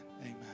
Amen